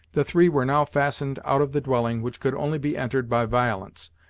the three were now fastened out of the dwelling, which could only be entered by violence,